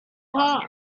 top